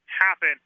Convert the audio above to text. happen